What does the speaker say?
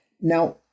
Now